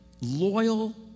loyal